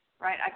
right